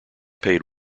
paid